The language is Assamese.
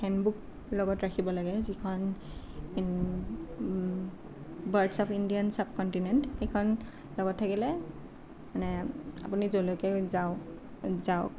হেণ্ড বুক লগত ৰাখিব লাগে যিখন birds of India and subcontinent সেইখন লগত থাকিলে মানে আপুনি য'লৈকে যাওঁক